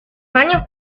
años